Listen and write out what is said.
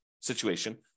situation